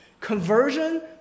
conversion